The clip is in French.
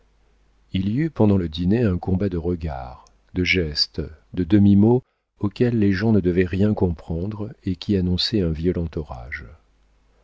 il y eut pendant le dîner un combat de regards de gestes de demi-mots auxquels les gens ne devaient rien comprendre et qui annonçait un violent orage